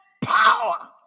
power